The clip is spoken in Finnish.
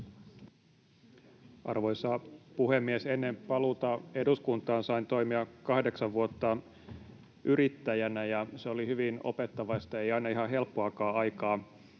Arvoisa puhemies! Ennen paluuta eduskuntaan sain toimia kahdeksan vuotta yrittäjänä, ja se oli hyvin opettavaista, ei aina ihan helppoakaan aikaa.